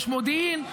יש מודיעין.